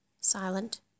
Silent